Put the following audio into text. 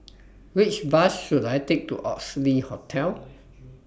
Which Bus should I Take to Oxley Hotel